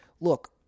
Look